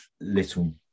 little